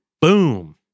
boom